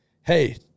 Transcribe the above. hey